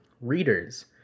readers